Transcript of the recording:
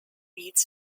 its